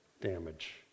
damage